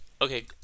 Okay